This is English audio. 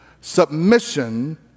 submission